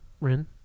Rin